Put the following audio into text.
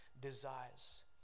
desires